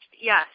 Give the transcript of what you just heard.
yes